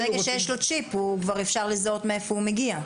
ברגע שיש לו שבב, כבר אפשר לזהות מאיפה הוא מגיע.